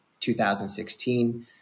2016